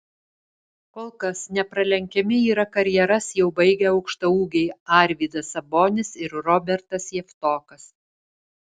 kol kas nepralenkiami yra karjeras jau baigę aukštaūgiai arvydas sabonis ir robertas javtokas